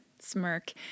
smirk